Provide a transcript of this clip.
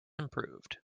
improved